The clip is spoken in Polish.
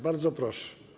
Bardzo proszę.